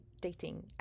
dating